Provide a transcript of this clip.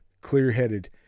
clear-headed